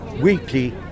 weekly